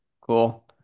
cool